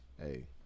hey